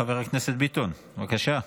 חבר הכנסת ביטון, בבקשה.